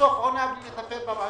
בסוף עונה כספים בלי לטפל בבעיות.